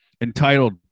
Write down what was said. entitled